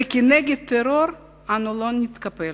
וכנגד טרור אנו לא נתקפל.